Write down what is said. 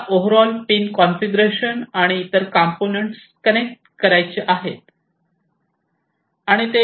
आपल्याला overall pin configuration आणि इतर कॉम्पोनन्ट्स कनेक्ट करायचे आहे